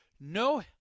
no